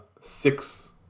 six